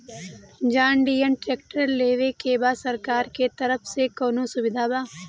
John Deere tractor लेवे के बा सरकार के तरफ से कौनो सुविधा बा?